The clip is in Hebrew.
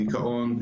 דיכאון,